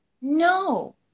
no